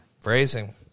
Phrasing